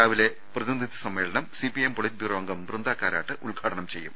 രാവിലെ പ്രതിനിധി സമ്മേളനം സിപിഐഎം പൊളിറ്റ് ബ്യൂറോ അംഗം ബൃന്ദ കാരാട്ട് ഉദ്ഘാടനംചെയ്യും